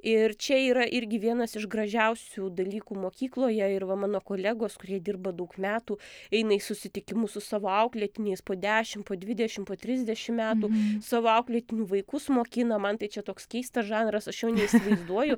ir čia yra irgi vienas iš gražiausių dalykų mokykloje ir va mano kolegos kurie dirba daug metų eina į susitikimus su savo auklėtiniais po dešim po dvidešim po trisdešim metų savo auklėtinių vaikus mokina man tai čia toks keistas žanras aš jo neįsivaizduoju